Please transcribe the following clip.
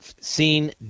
seen